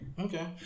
Okay